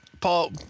Paul